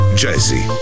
jazzy